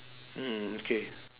mm okay